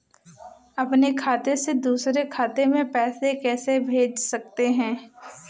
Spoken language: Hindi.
अपने खाते से दूसरे खाते में पैसे कैसे भेज सकते हैं?